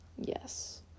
Yes